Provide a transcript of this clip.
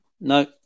No